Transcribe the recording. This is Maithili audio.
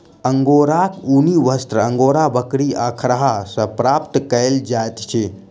अंगोराक ऊनी वस्त्र अंगोरा बकरी आ खरहा सॅ प्राप्त कयल जाइत अछि